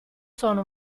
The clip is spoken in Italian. sono